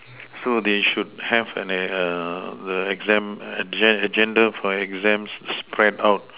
so they should have an a err the exam agen~ agenda for exams spread out